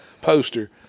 poster